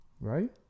Right